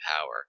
power